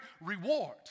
reward